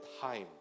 time